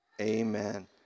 Amen